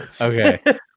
Okay